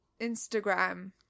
instagram